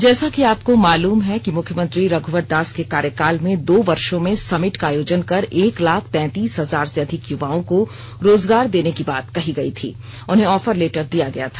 जैसा कि आपको मालूम है कि मुख्यमंत्री रघुवर दास के कार्यकाल में दो वर्षो में समिट का आयोजन कर एक लाख तैंतीस हजार से अधिक युवाओं को रोजगार देने की बात कही गई थी उन्हें ऑफर लेटर दिया गया था